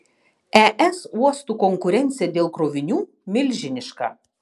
es uostų konkurencija dėl krovinių milžiniška